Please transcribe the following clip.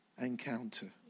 encounter